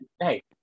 Hey